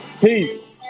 Peace